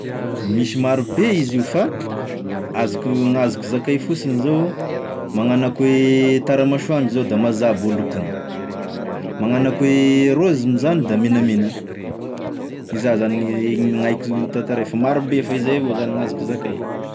Misy marobe izy io fa azoko- gn'azoko zakay fosiny zao, magnano akone taramasoandro zao, da mazabo e lokony, magnano akone raozy moa zany da menamena, iza zany gne gn'aiko tantaray fa marobe fa izay avao zany gn'azoko zakay.